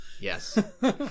Yes